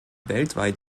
weltweit